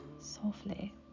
softly